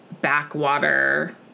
backwater